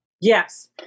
Yes